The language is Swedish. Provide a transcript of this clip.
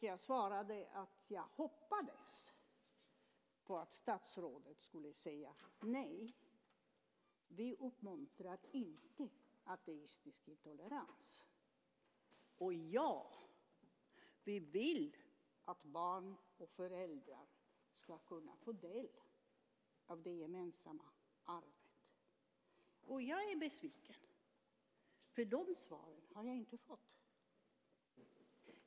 Jag svarade att jag hoppades att statsrådet skulle säga: Nej, vi uppmuntrar inte ateistisk intolerans, och ja, vi vill att barn och föräldrar ska kunna få del av det gemensamma arvet. Jag är besviken, för de svaren har jag inte fått.